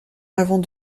avant